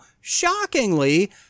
shockingly